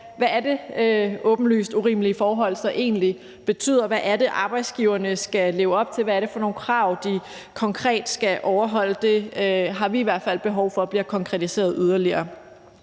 hvad åbenlyst urimelige forhold egentlig betyder. Hvad er det, arbejdsgiverne skal leve op til? Hvad er det for nogle krav, de konkret skal overholde? Det har vi i hvert fald behov for bliver konkretiseret yderligere.